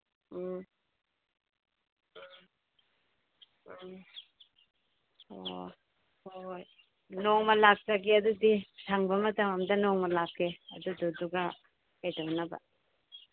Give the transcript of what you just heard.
ꯎꯝ ꯎꯝ ꯎꯝ ꯑꯣ ꯍꯣꯏ ꯅꯣꯡꯃ ꯂꯥꯛꯆꯒꯦ ꯑꯗꯨꯗꯤ ꯁꯪꯕ ꯃꯇꯝ ꯑꯃꯗ ꯅꯣꯡꯃ ꯂꯥꯛꯀꯦ ꯑꯗꯨꯗꯨꯒ ꯀꯩꯗꯧꯅꯕ